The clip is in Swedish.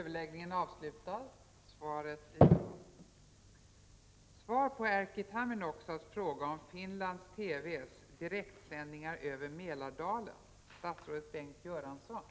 Enligt dagspressen har det uppstått problem med Finlands TV:s direktsändningar över Mälardalen. Vill statsrådet redovisa fakta om läget?